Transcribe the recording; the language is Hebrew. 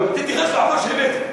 תתייחס לעובדות.